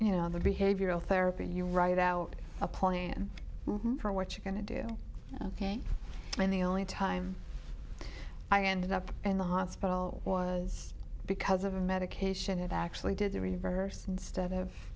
you know the behavioral therapy you write out a plan for what you're going to do ok and the only time i ended up in the hospital was because of a medication that actually did the reverse instead of